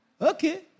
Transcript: Okay